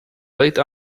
late